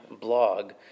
blog